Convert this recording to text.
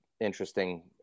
interesting